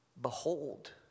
Behold